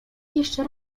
jeszcze